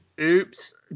Oops